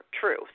true